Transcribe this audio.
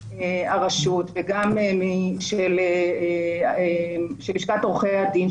המשפטי של הרשות וגם של לשכת עורכי הדין,